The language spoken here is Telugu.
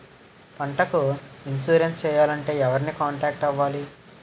పంటకు ఇన్సురెన్స్ చేయాలంటే ఎవరిని కాంటాక్ట్ అవ్వాలి?